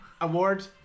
award